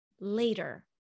later